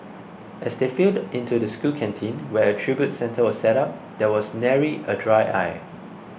as they filed into the school canteen where a tribute centre was set up there was nary a dry eye